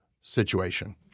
situation